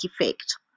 effect